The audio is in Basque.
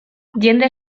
jende